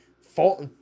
fault